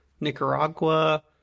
Nicaragua